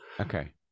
Okay